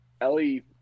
Ellie